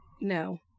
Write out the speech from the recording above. No